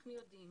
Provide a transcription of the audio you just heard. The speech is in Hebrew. אנחנו יודעים